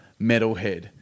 metalhead